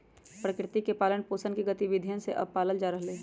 प्रकृति के पालन पोसन के गतिविधियन के अब पाल्ल जा रहले है